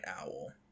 owl